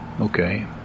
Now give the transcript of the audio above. Okay